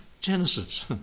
Genesis